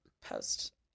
post